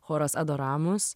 choras adoramus